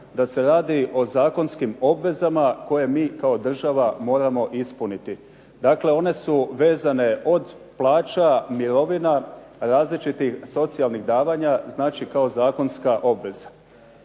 Da se radi o zakonskim obvezama koje mi kao država moramo ispuniti. Dakle, one su vezane od plaća, mirovina, različitih socijalnih davanja. Znači kao zakonska obveza.